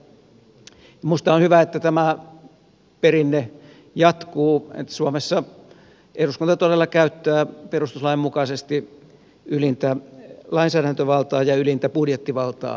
minusta on hyvä että tämä perinne jatkuu että suomessa eduskunta todella käyttää perustuslain mukaisesti ylintä lainsäädäntövaltaa ja ylintä budjettivaltaa maassa